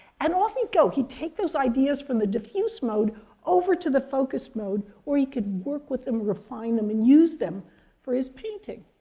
and off you go he'd take those ideas from the diffuse mode over to the focus mode, where he could work with them, refine them, and use them for his painting.